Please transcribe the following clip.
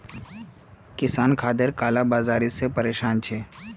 किसान खादेर काला बाजारी से परेशान छे